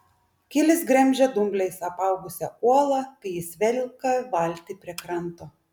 kilis gremžia dumbliais apaugusią uolą kai jis velka valtį prie kranto